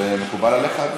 זה מקובל עליך?